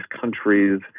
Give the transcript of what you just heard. countries